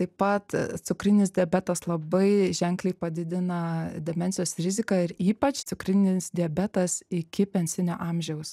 taip pat cukrinis diabetas labai ženkliai padidina demencijos riziką ir ypač cukrinis diabetas iki pensinio amžiaus